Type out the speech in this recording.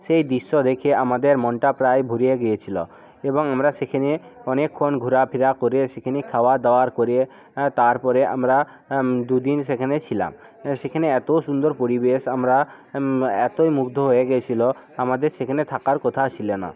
সেই দৃশ্য দেখে আমাদের মনটা প্রায় ভরে গিয়েছিলো এবং আমরা সেখানে অনেকক্ষণ ঘোরা ফেরা করে সেখানে খাবার দাবার করে হ্যাঁ তারপরে আমরা দু দিন সেখানে ছিলাম সেখানে এত সুন্দর পরিবেশ আমরা এতই মুগ্ধ হয় গেছিলো আমাদের সেখানে থাকার কথা ছিলো না